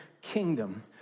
kingdom